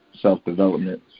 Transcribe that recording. self-development